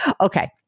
Okay